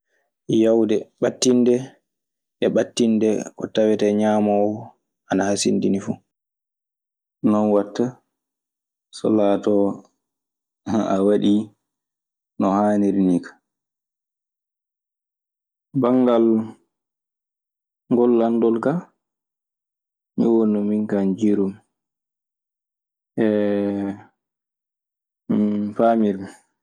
Yaawde ɓattinde e ɓattinde ko tawetee ñaamoowo ana hasindini fu. Non waɗta so laatoo a waɗii no haaniri nii kaa. Banngal ngol lanndol ka nii woni no min kaa njiirumi. E no faamirmi.